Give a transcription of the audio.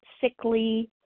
sickly